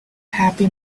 happy